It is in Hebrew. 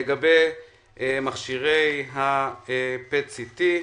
לגבי מכשירי ה-PET-CT,